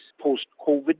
post-COVID